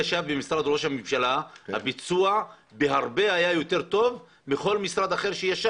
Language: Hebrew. במשרד ראש הממשלה הביצוע היה הרבה יותר טוב מאשר בכל משרד אחר.